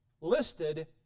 listed